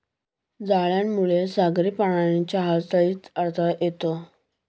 जाळ्यामुळे सागरी प्राण्यांच्या हालचालीत अडथळा येतो